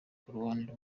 kurwanira